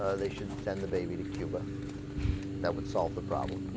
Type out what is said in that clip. ah they should send the baby to cuba that would solve the problem yeah